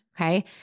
Okay